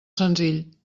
senzill